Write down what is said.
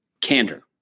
candor